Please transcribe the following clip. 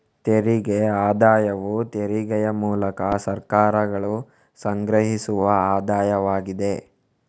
ತೆರಿಗೆ ಆದಾಯವು ತೆರಿಗೆಯ ಮೂಲಕ ಸರ್ಕಾರಗಳು ಸಂಗ್ರಹಿಸುವ ಆದಾಯವಾಗಿದೆ